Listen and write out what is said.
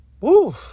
Woo